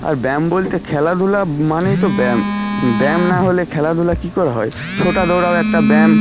আর ব্যায়াম বলতে খেলাধুলা মানেই তো ব্যায়াম ব্যাম না হলে খেলাধুলা কী করে হয় ছোটা দৌড়াও একটা ব্যায়াম